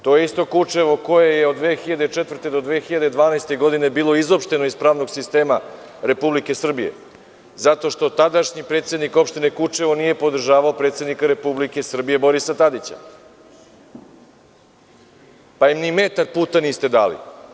To je isto Kučevo koje je od 2004. do 2012. godine bilo izopšteno iz pravnog sistema Republike Srbije, zato što tadašnji predsednik Opštine Kučevo nije podržavao predsednika Republike Srbije Borisa Tadića, pa im ni metar puta niste dali.